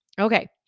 Okay